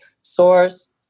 source